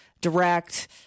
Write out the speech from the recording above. direct